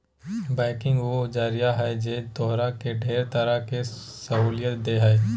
banking उ जरिया है जे तोहरा के ढेर तरह के सहूलियत देह हइ